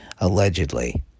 Allegedly